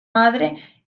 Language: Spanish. madre